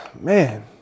man